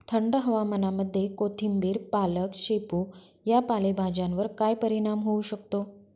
थंड हवामानामध्ये कोथिंबिर, पालक, शेपू या पालेभाज्यांवर काय परिणाम होऊ शकतो?